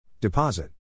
Deposit